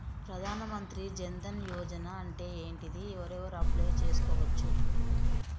ప్రధాన మంత్రి జన్ ధన్ యోజన అంటే ఏంటిది? ఎవరెవరు అప్లయ్ చేస్కోవచ్చు?